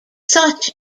such